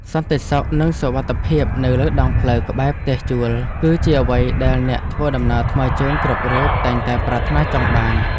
សន្តិសុខនិងសុវត្ថិភាពនៅលើដងផ្លូវក្បែរផ្ទះជួលគឺជាអ្វីដែលអ្នកធ្វើដំណើរថ្មើរជើងគ្រប់រូបតែងតែប្រាថ្នាចង់បាន។